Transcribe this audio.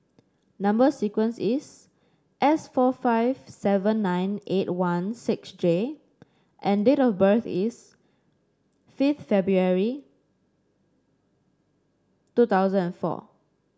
number sequence is S four five seven nine eight one six J and date of birth is fifth February two thousand and four